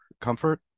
comfort